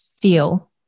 feel